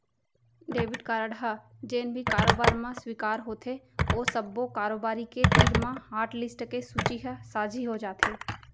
debit card ह जेन भी कारोबार म स्वीकार होथे ओ सब्बो कारोबारी के तीर म हाटलिस्ट के सूची ह साझी हो जाथे